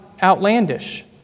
outlandish